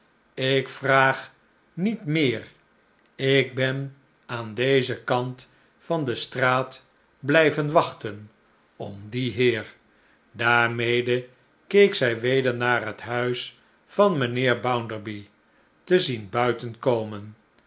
ik vraag niet meer ik ben aan dezen kant van de straat blijven wachten om dien heer daarmede keek zij weder naar het huis van mijnheer bounderby te zien